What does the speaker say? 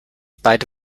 beide